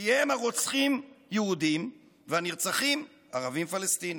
כי הם הרוצחים יהודים והנרצחים ערבים פלסטינים.